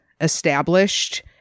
established